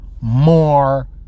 more